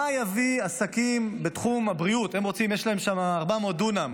מה יביא עסקים בתחום הבריאות, יש להם שם 400 דונם